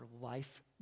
life